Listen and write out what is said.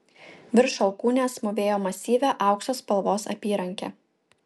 virš alkūnės mūvėjo masyvią aukso spalvos apyrankę